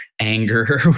anger